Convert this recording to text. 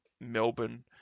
Melbourne